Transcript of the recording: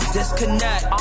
disconnect